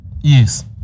Yes